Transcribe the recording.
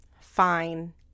fine